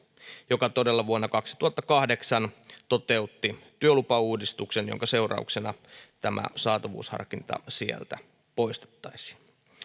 joka todella vuonna kaksituhattakahdeksan toteutti työlupauudistuksen minkä seurauksena saatavuusharkinta sieltä poistettaisiin